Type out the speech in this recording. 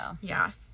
yes